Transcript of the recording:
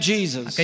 Jesus